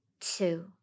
two